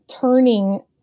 turning